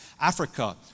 Africa